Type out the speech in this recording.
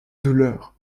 douleur